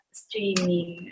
streaming